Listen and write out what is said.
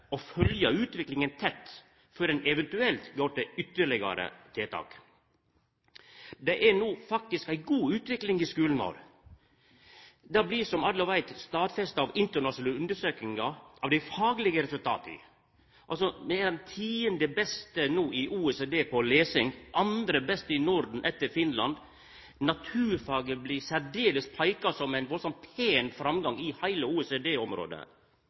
å følgja utviklinga tett før ein eventuelt går til ytterlegare tiltak. Det er no faktisk ei god utvikling i skulen vår. Det blir, som alle veit, stadfesta av internasjonale undersøkingar av dei faglege resultata. Noreg er no den tiande beste nasjonen i OECD på lesing – den andre beste i Norden etter Finland. Det blir særleg peika på at naturfaget har ein pen framgang i heile